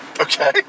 Okay